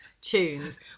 tunes